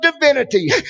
divinity